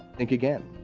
think again.